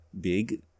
big